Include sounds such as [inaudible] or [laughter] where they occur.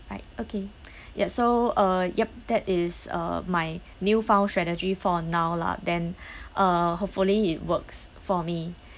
right okay [breath] ya so uh yup that is uh my new found strategy for now lah then [breath] uh hopefully it works for me